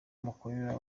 mukorera